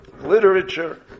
literature